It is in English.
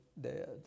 dead